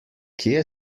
kje